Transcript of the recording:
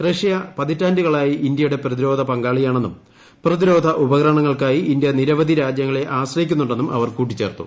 Russia പതിറ്റാണ്ടുകളായി ഇന്ത്യയുടെ പ്രതിരോധ പങ്കാളിയാണെന്നും പ്രതിരോധ ഉപകരണങ്ങൾക്കായി ഇന്ത്യ നിരവധി രാജ്യങ്ങളെ ആശ്രയിക്കുന്നുണ്ടെന്നും അവർ കൂട്ടിച്ചേർത്തു